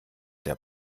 der